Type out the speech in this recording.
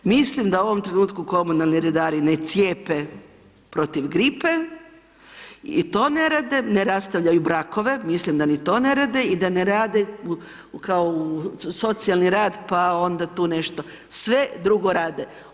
Mislim da u ovom trenutku komunalni redari ne cijepe protiv gripe i to ne rade, ne rastavljaju brakove, mislim da ni to ne rade i da ne rade kao socijalni rad pa onda tu nešto, sve drugo rade.